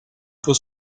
peut